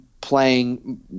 playing